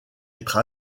être